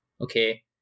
okay